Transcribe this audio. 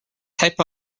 type